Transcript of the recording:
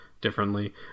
differently